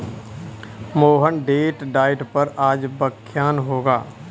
मोहन डेट डाइट पर आज व्याख्यान होगा